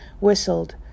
whistled